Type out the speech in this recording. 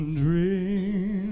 dream